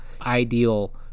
ideal